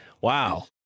wow